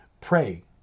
pray